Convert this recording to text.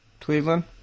Cleveland